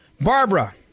Barbara